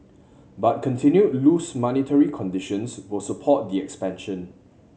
but continued loose monetary conditions will support the expansion